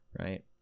Right